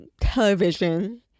television